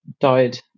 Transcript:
died